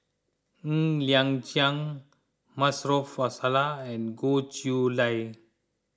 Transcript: Ng Liang Chiang Maarof Salleh and Goh Chiew Lye